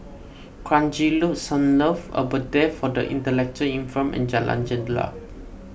Kranji Loop Sunlove Abode for the Intellectually Infirmed and Jalan Jendela